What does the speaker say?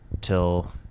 till